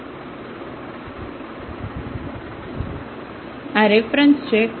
તેથી આ રેફરન્સ છે